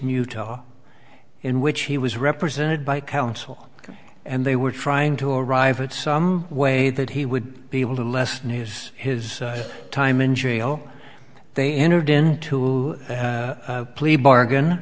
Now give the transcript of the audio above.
muto in which he was represented by counsel and they were trying to arrive at some way that he would be able to less news his time in jail they entered into a plea bargain